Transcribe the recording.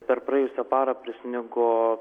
per praėjusią parą prisnigo